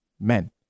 men